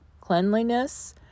Cleanliness